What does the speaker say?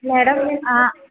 madam ആ